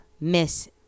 Miss